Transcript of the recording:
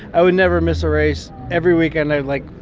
i would never miss a race. every weekend, i, like,